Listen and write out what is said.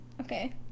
Okay